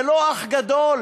זה לא אח גדול,